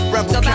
Rebel